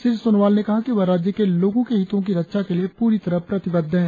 श्री सोनोवाल ने कहा कि वह राज्य के लोगों के हितों के रक्षा के लिए पूरी तरह प्रतिबद्ध है